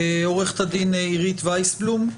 עו"ד עירית ויסבלום,